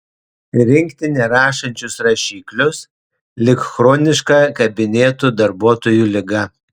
rinkti nerašančius rašiklius lyg chroniška kabinetų darbuotojų liga